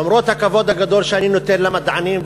למרות הכבוד הגדול שאני נותן למדענים,